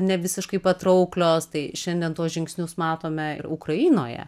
ne visiškai patrauklios tai šiandien tuos žingsnius matome ir ukrainoje